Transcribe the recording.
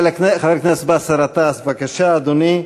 חבר הכנסת באסל גטאס בבקשה, אדוני,